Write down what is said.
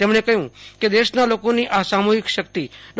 તેમણે કહ્યું કે દેશના લોકોની આ સામૂહીક શક્તિ ડો